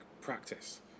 practice